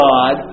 God